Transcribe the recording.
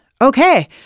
Okay